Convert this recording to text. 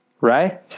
Right